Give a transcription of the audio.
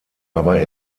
aber